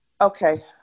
Okay